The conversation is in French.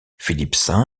philippe